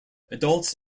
adults